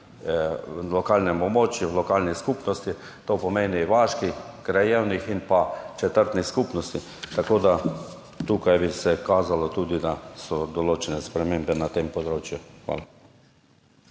na lokalnem območju, v lokalni skupnosti, to pomeni vaških, krajevnih in četrtnih skupnosti. Tako da tukaj bi se kazalo tudi, da so določene spremembe na tem področju. Hvala.